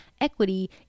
equity